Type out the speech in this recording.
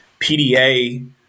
PDA